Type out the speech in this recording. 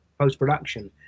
post-production